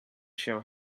show